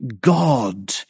God